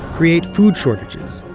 create food shortages,